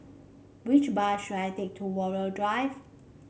which bus should I take to Walmer Drive